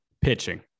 Pitching